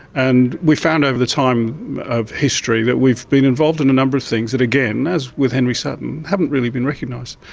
and we found over the time of history that we've been involved in a number of things that, again, as with henry sutton, haven't really been recognised.